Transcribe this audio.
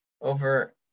over